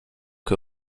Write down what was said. que